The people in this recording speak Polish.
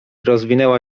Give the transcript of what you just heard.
rozwinęła